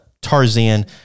Tarzan